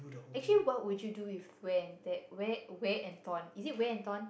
actually what would you do with wear and tear wear wear and torn is it wear and torn